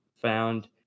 found